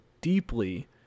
deeply